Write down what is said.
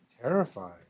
terrifying